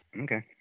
Okay